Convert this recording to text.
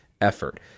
effort